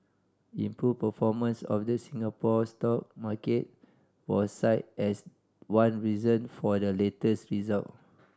improved performance of the Singapore stock market was cited as one reason for the latest result